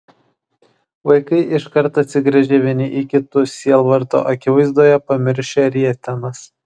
vaikai iškart atsigręžė vieni į kitus sielvarto akivaizdoje pamiršę rietenas